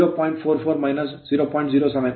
070